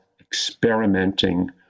experimenting